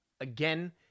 Again